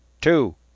two